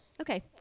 Okay